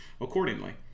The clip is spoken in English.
accordingly